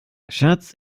schatz